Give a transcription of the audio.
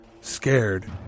Scared